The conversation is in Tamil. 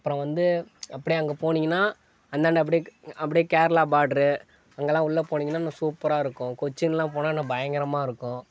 அப்பறம் வந்து அப்டேயே அங்கே போனீங்கன்னா அந்தாண்டை அப்டேயே அப்டேயே கேரளா பார்ட்ரு அங்கலாம் உள்ளே போனீங்கன்னா இன்னும் சூப்பராயிருக்கும் கொச்சின்லாம் போனால் இன்னும் பயங்கரமாயிருக்கும்